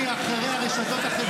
אתה יכול להסביר עוד פעם את